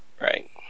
Right